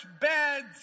beds